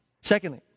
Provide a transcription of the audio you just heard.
Secondly